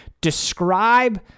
describe